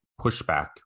pushback